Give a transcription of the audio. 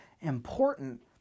important